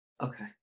okay